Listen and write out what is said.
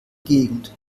gegend